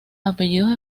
apellidos